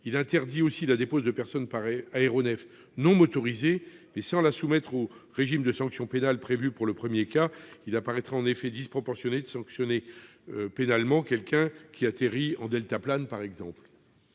à interdire la dépose de personnes par aéronef non motorisé, mais sans la soumettre au régime de sanctions pénales prévues pour le premier cas. En effet, il paraîtrait disproportionné de sanctionner pénalement quelqu'un qui atterrirait en deltaplane, par exemple.